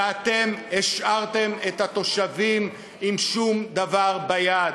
ואתם השארתם את התושבים עם שום דבר ביד.